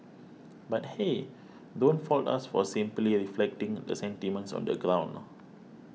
but hey don't fault us for simply reflecting the sentiments on the ground